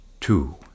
two